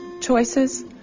choices